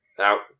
out